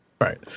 Right